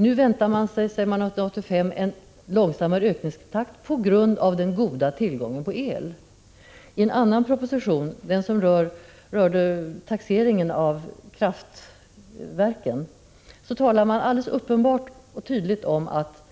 Nu väntar man sig, sades det 1985, en långsammare ökningstakt på grund av den goda tillgången på el. I en annan proposition, som rörde taxeringen av kraftverken, talades det alldeles uppenbart och tydligt om att